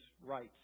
rights